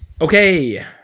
okay